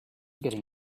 getting